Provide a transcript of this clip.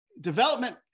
development